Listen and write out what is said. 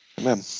Amen